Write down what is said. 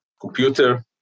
computer